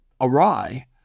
awry